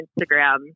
Instagram